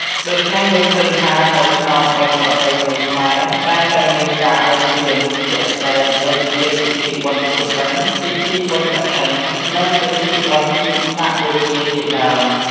ដូច្នេះយើងឃើញថា នៅក្នុងបុណ្យប្រពៃណីខ្មែរតែងតែមានការអុជទៀន ជាក់ស្តែងដូចជា ពិធីបុណ្យភ្ជុំបិណ្ឌ ពិធីបុណ្យកឋិន និងពិធីបុណ្យវិសាខបូជាជាដើម។